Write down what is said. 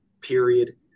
period